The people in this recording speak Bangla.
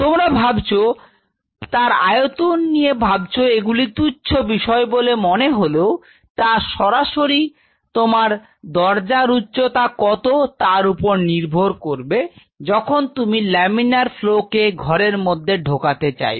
তোমরা ভাবছো বা তার আয়তন নিয়ে ভাবছো এগুলি তুচ্ছ বিষয় বলে মনে হলেও তা সরাসরি তোমার দরজার উচ্চতা কত তার উপর নির্ভর করবে যখন তুমি লামিনার ফ্লো কে ঘরের মধ্যে ঢোকাতে চাইবে